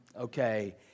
Okay